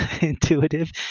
intuitive